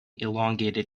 elongated